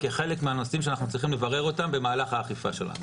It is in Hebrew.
כחלק מהנושאים שאנחנו צריכים לברר אותם במהלך האכיפה שלנו.